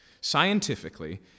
Scientifically